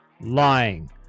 lying